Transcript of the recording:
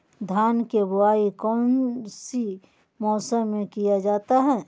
धान के बोआई कौन सी मौसम में किया जाता है?